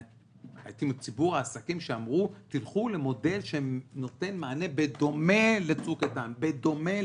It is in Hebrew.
מציבור העסקים שאמרו: תלכו למודל שנותן מענה בדומה ל"צוק איתן" וכולי,